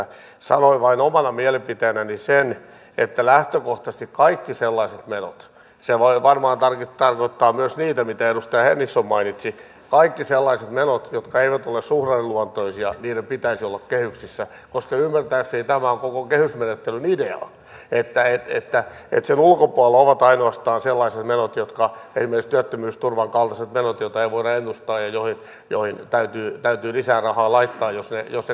sanoin vain omana mielipiteenäni sen että lähtökohtaisesti kaikkien sellaisten menojen se voi varmaan tarkoittaa myös niitä mitä edustaja henriksson mainitsi jotka eivät ole suhdanneluonteisia pitäisi olla kehyksissä koska ymmärtääkseni tämä on koko kehysmenettelyn idea että sen ulkopuolella ovat ainoastaan sellaiset menot esimerkiksi työttömyysturvan kaltaiset menot joita ei voida ennustaa ja joihin täytyy lisää rahaa laittaa jos ne kasvavat